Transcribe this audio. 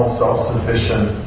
self-sufficient